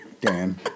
Dan